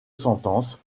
sentence